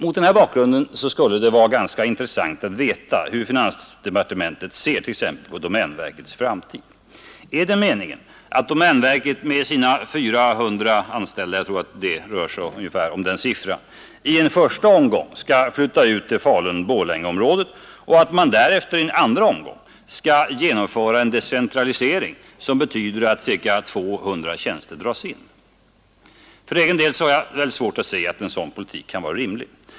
Mot denna bakgrund skulle det vara ganska intressant att veta hur finansdepartementet ser t.ex. på domänverkets framtid. Är det meningen att domänverket med sina 400 anställda — jag tror det rör sig om den siffran — i en första omgång skall flytta ut till Falun-Borlängeområdet och att man därefter i en andra omgång skall genomföra en decentralisering som betyder att ca 200 tjänster dras in? För egen del har jag väldigt svårt att se att en sådan politik kan vara rimlig.